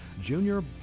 Junior